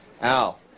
Al